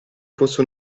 fosse